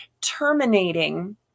terminating